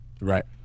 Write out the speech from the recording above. Right